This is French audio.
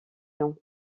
nom